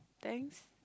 thanks